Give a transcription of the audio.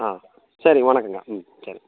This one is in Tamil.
ஆ சரி வணக்கங்க ம் சரி